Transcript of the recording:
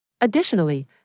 Additionally